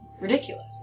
ridiculous